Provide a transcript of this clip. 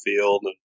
field